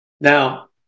Now